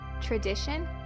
tradition